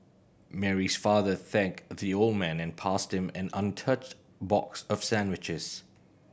Mary's father thanked the old man and passed him an untouched box of sandwiches